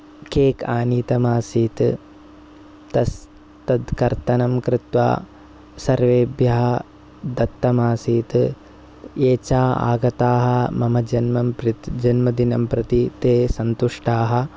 cake आनीतम् आसीत् तस् तत् कर्तनं कृत्वा सर्वेभ्यः दत्तम् आसीत् ये च आगताः मम जन्मं प्रित् जन्मदिनं प्रति ते सन्तुष्टाः